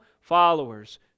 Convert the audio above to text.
followers